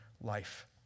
life